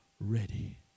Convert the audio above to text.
ready